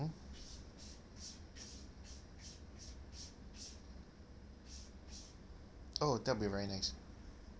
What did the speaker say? oh that'll be very nice